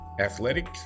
Athletic